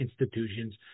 institutions